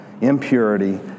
impurity